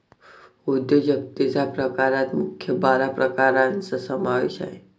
उद्योजकतेच्या प्रकारात मुख्य बारा प्रकारांचा समावेश आहे